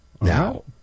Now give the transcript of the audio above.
Now